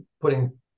putting